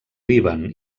líban